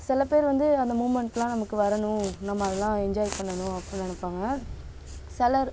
சில பேர் வந்து அந்த மூமெண்ட்டெலாம் நமக்கு வரணும் நம்ம அதலாம் என்ஜாய் பண்ணணும் அப்புடின்னு நினப்பாங்க சிலர்